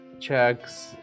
checks